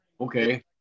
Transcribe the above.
Okay